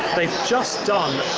just done,